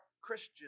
Christians